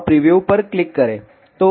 अब प्रीव्यू पर क्लिक करें